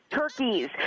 turkeys